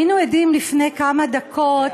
היינו עדים לפני כמה דקות